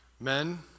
Men